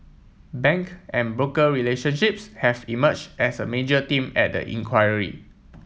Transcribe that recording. bank and broker relationships have emerged as a major theme at the inquiry